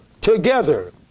together